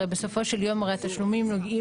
הרי בסופו של יום הרי התשלומים נוגעים